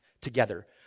together